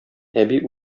әби